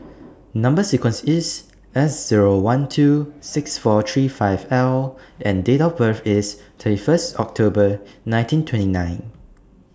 Number sequence IS S Zero one two six four three five L and Date of birth IS thirty First October nineteen twenty nine